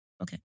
Okay